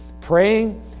praying